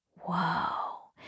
whoa